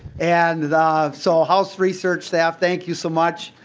and ah so house research staff thank you so much.